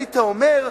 היית אומר: